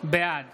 בעד